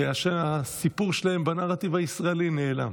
והסיפור שלהם בנרטיב הישראלי נעלם.